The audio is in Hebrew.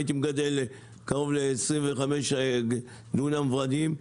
הייתי מגדל קרוב ל-25 דונמים ורדים,